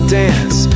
dance